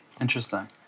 Interesting